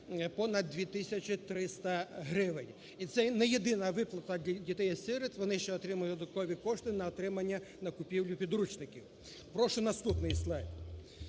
тисячі 300 гривень. І це не єдине виплата для дітей сиріт, вони ще отримують додаткові кошти на отримання, на купівлю підручників. Прошу наступний слайд.